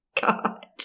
God